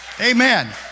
Amen